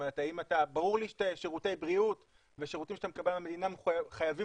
ברור לי ששירותי בריאות ושירותים שאתה מקבל מהמדינה חייבים